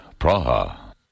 Praha